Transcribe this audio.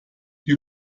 die